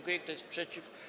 Kto jest przeciw?